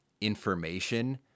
information